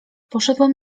poszedłem